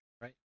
right